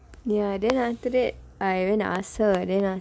ya then after that I went to ask her then ah